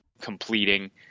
completing